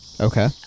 okay